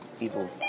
evil